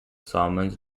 solomons